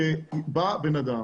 כשבא בן אדם,